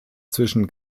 zwischen